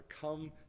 Come